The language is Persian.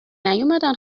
نیومدن